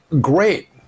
great